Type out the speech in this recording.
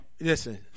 Listen